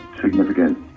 significant